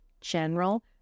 general